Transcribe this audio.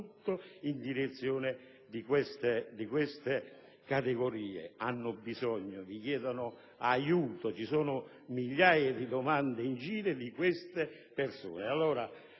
in direzione di queste categorie, che hanno bisogno e vi chiedono aiuto. Ci sono migliaia di domande da parte di queste persone.